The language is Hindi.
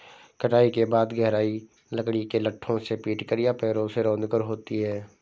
कटाई के बाद गहराई लकड़ी के लट्ठों से पीटकर या पैरों से रौंदकर होती है